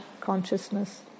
consciousness